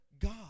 God